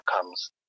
comes